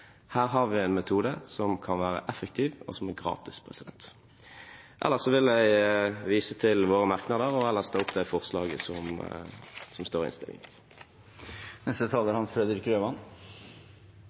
Her har vi en metode som kan være effektiv, og som er gratis. Ellers vil jeg vise til våre merknader og anbefale forslaget som står i innstillingen. Jeg skal heller ikke bruke veldig mange ord – vi er